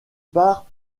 part